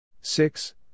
Six